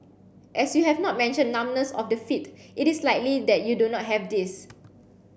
as you have not mentioned numbness of the feet it is likely that you do not have this